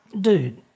dude